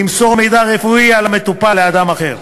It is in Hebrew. למסור מידע רפואי על המטופל לאדם אחר.